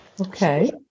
Okay